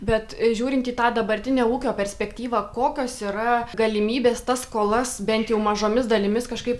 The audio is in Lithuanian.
bet žiūrint į tą dabartinę ūkio perspektyvą kokios yra galimybės tas skolas bent jau mažomis dalimis kažkaip